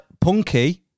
punky